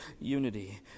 unity